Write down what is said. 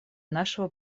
нашего